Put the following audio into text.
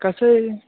ಕಷಾಯ